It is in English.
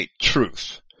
truth